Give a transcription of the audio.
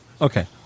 Okay